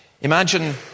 Imagine